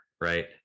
right